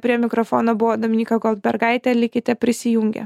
prie mikrofono buvo dominyka goldbergaitė likite prisijungę